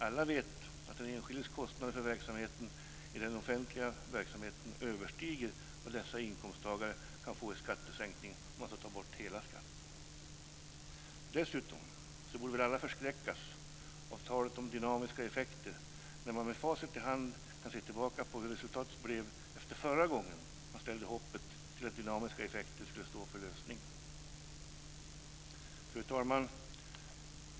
Alla vet att den enskildes kostnader i den offentliga verksamheten överstiger vad dessa inkomsttagare kan få i skattesänkning, om man skulle ta bort hela skatten. Dessutom borde alla förskräckas av talet om dynamiska effekter. Med facit i hand kan vi nu se hur resultatet blev förra gången då man ställde hoppet till att dynamiska effekter skulle stå för lösningen. Fru talman!